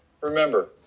Remember